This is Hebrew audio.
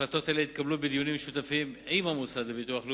החלטות אלה התקבלו בדיונים משותפים עם המוסד לביטוח לאומי.